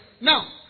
Now